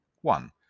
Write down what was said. One